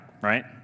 right